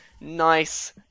nice